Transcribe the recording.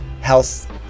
health